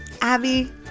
Abby